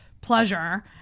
pleasure